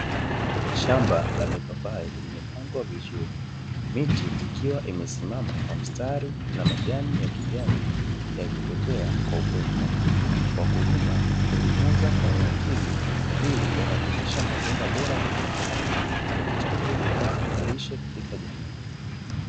Shamba la mipapai limepangwa vizuri, miti ikiwa imesimama kwa mstari na majani ya kijani yakipepea kwa upepo, wakulima hulitunza kwa makini ili kuhakikisha matunda bora yanapatikana yakichangia kipato na lishe katika jamii.